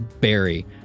Barry